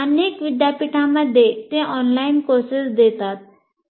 अनेक विद्यापीठांमध्ये ते ऑनलाईन कोर्सेस देतात